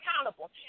accountable